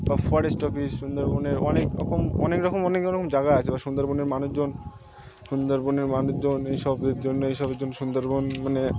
forest office সুন্দরবনের অনেক রকম অনেক রকম অনেক রকম জায়গা আছে বা সুন্দরবনের মানুষজন সুন্দরবনের মানুজজন এই সবের জন্য এই সবের জন্য সুন্দরবন মানে